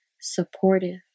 supportive